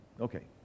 okay